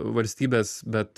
valstybės bet